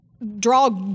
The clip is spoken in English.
draw